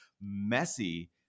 messy